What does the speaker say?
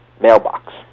mailbox